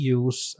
use